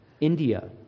India